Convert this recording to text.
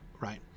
right